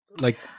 like-